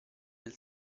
del